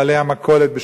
בעלי המכולת.